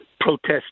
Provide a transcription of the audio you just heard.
protest